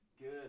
good